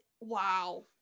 wow